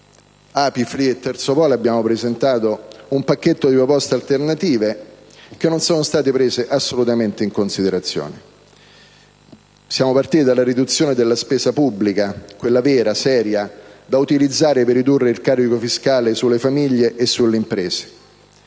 Api-FLI, come Terzo Polo, abbiamo presentato un pacchetto di proposte alternative che non sono state prese assolutamente in considerazione. Siamo partiti dalla riduzione della spesa pubblica, quella vera, seria, da utilizzare per ridurre il carico fiscale sulle famiglie e sulle imprese.